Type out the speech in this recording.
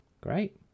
great